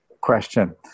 question